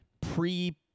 pre-